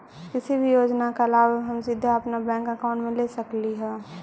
किसी भी योजना का लाभ हम सीधे अपने बैंक अकाउंट में ले सकली ही?